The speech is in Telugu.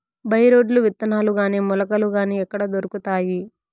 బై రోడ్లు విత్తనాలు గాని మొలకలు గాని ఎక్కడ దొరుకుతాయి?